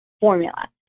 formula